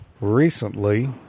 recently